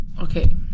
Okay